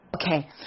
Okay